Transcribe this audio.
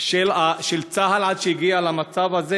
של צה"ל עד שהגיע למצב הזה.